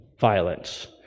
Violence